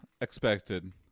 expected